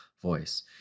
voice